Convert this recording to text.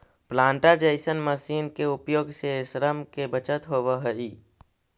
planter जईसन machine के उपयोग से श्रम के बचत होवऽ हई